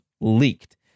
leaked